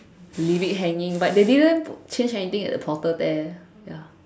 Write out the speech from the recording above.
leave it hanging but there didn't change anything at the portal there ya